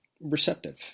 receptive